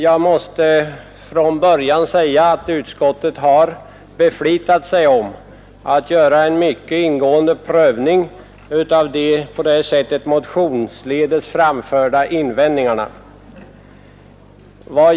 Jag måste från början säga att utskottet har beflitat sig om att göra en mycket ingående prövning av de motionsledes framförda invändningarna.